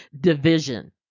division